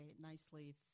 nicely